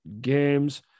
games